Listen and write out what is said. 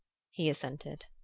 he assented.